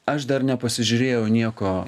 aš dar nepasižiūrėjau nieko